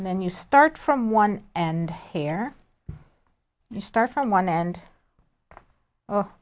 and then you start from one end hair you start from one end